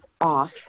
off